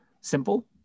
simple